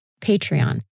Patreon